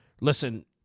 Listen